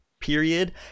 period